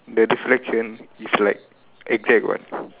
the reflection is like exact what